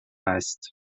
است